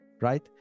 right